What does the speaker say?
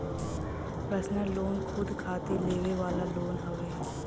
personal loan खुद खातिर लेवे वाला लोन हउवे